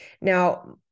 Now